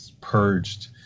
purged